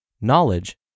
knowledge